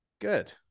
Good